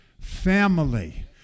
family